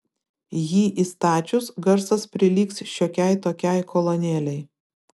jį įstačius garsas prilygs šiokiai tokiai kolonėlei